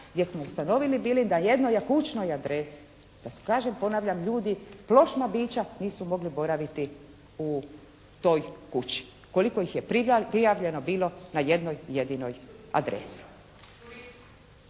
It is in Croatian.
gdje smo ustanovili bili na jednoj kućnoj adresi da su kažem, ponavljam ljudi plošna bića nisu mogli boraviti u toj kući. Koliko ih je prijavljeno bilo na jednoj jedinoj adresi.